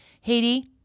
Haiti